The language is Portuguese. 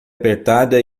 apertada